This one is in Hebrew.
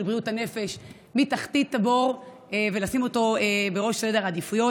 בריאות הנפש מתחתית הבור ולשים אותו בראש סדר העדיפויות,